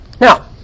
Now